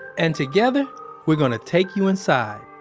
and together we're going to take you inside.